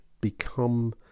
become